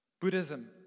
Buddhism